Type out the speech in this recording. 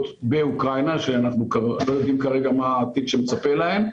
באוקראינה שאנחנו לא יודעים כרגע מה העתיד שמצפה להם,